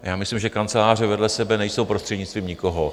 Já myslím, že kanceláře vedle sebe nejsou prostřednictvím nikoho.